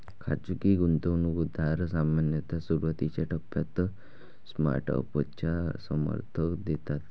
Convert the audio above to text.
खाजगी गुंतवणूकदार सामान्यतः सुरुवातीच्या टप्प्यात स्टार्टअपला समर्थन देतात